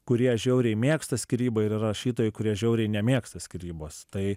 kurie žiauriai mėgsta skyrybą ir yra rašytojai kurie žiauriai nemėgsta skyrybos tai